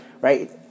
Right